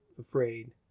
afraid